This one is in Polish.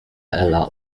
ela